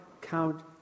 count